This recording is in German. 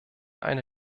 eine